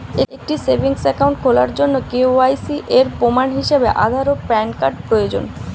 একটি savings account খোলার জন্য কে.ওয়াই.সি এর প্রমাণ হিসাবে আধার ও প্যান কার্ড প্রয়োজন